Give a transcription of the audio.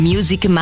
Music